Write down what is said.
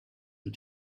and